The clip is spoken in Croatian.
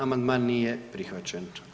Amandman nije prihvaćen.